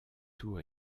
tour